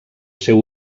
seu